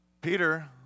Peter